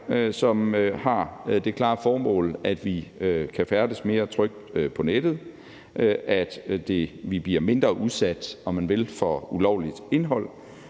som har det klare formål, at vi kan færdes mere trygt på nettet, at vi bliver mindre udsat, om man vil, for ulovligt indhold,